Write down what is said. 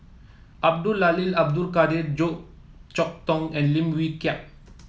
Abdul Lalil Abdul Kadir Goh Chok Tong and Lim Wee Kiak